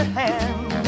hand